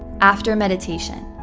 after meditation,